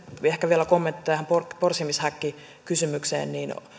ehkä vielä kommentti tähän porsimishäkkikysymykseen